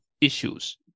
issues